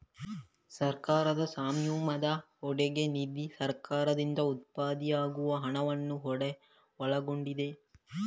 ಸರ್ಕಾರದ ಸ್ವಾಮ್ಯದ ಹೂಡಿಕೆ ನಿಧಿ ಸರ್ಕಾರದಿಂದ ಉತ್ಪತ್ತಿಯಾಗುವ ಹಣವನ್ನು ಒಳಗೊಂಡಿದೆ